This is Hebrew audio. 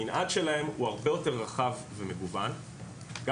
המנעד שלהן הוא הרבה יותר רחב ומגוון גם